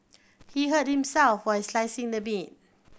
he hurt himself while slicing the meat